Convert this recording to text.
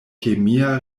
kemia